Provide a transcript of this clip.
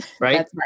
right